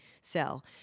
sell